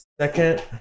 second